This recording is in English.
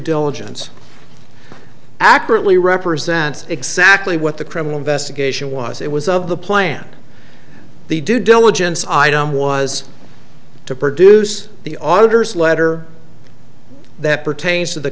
diligence accurately represents exactly what the criminal investigation was it was of the plan the due diligence item was to produce the auditors letter that pertains to the